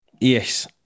Yes